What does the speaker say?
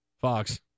fox